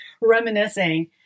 reminiscing